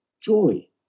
joy